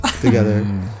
together